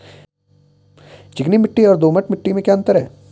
चिकनी मिट्टी और दोमट मिट्टी में क्या क्या अंतर है?